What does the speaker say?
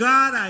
God